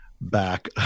back